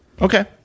okay